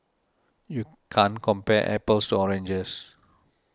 you can't compare apples to oranges